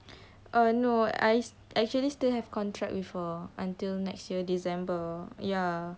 uh no I actually still have contract before until next year december ya